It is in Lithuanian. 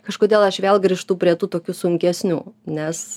kažkodėl aš vėl grįžtu prie tų tokių sunkesnių nes